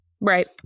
Right